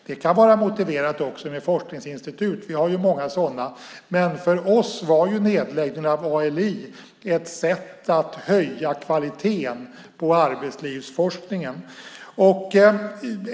Det kan vara motiverat också med forskningsinstitut, vi har ju många sådana, men för oss var nedläggningen av ALI ett sätt att höja kvaliteten på arbetslivsforskningen.